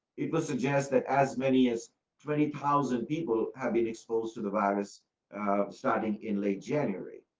people suggest that as many as twenty thousand people have been exposed to the virus starting in late january.